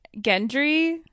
Gendry